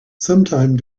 sometime